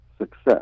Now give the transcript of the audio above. success